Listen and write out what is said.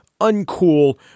uncool